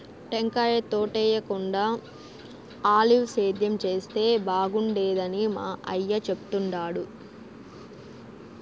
టెంకాయ తోటేయేకుండా ఆలివ్ సేద్యం చేస్తే బాగుండేదని మా అయ్య చెప్తుండాడు